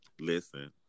listen